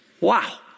Wow